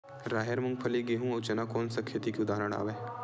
राहेर, मूंगफली, गेहूं, अउ चना कोन सा खेती के उदाहरण आवे?